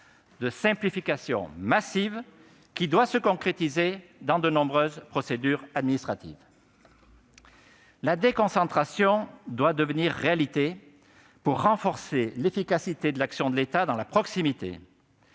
de simplification massive, qui doit se concrétiser dans de nombreuses procédures administratives. La déconcentration doit devenir une réalité pour renforcer l'efficacité de l'action de l'État dans la proximité.